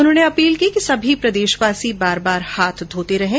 उन्होंने अपील की है कि सभी प्रदेशवासी बार बार हाथ घोते रहें